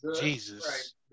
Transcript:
Jesus